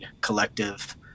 collective